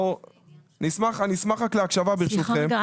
סליחה רגע,